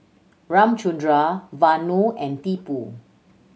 Ramchundra Vanu and Tipu